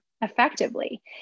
effectively